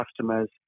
customers